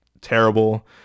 Terrible